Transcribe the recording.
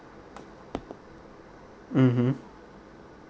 mmhmm